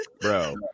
Bro